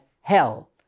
hell